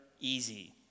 easy